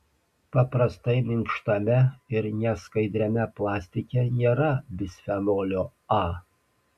paprastai minkštame ir neskaidriame plastike nėra bisfenolio a